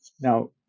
now